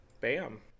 bam